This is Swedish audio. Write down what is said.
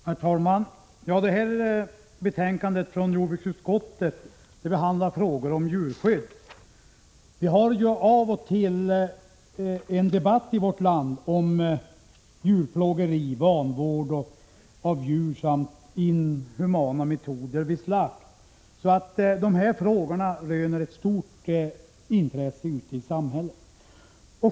Herr talman! Det här betänkandet från jordbruksutskottet behandlar frågor om djurskydd. Då och då förs det en debatt i vårt land om djurplågeri, vanvård av djur samt inhumana metoder vid slakt, så de här frågorna röner ett stort intresse i samhället.